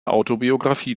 autobiografie